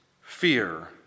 Fear